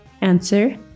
Answer